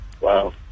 Wow